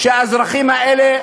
שהאזרחים האלה,